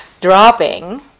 dropping